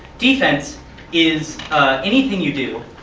defense is anything you do